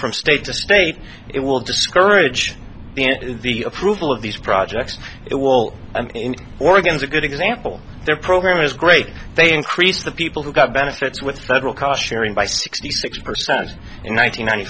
from state to state it will discourage the approval of these projects it will in oregon is a good example their program is great they increase the people who got benefits with federal cost sharing by sixty six percent in